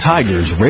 Tigers